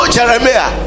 Jeremiah